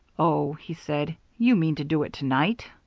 oh, he said, you mean to do it to-night?